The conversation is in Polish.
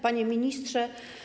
Panie Ministrze!